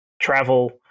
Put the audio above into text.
travel